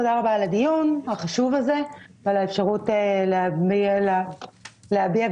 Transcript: תודה רבה על הדיון החשוב הזה ועל האפשרות להביע בו את